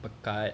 pekat